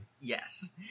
yes